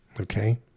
okay